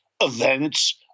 events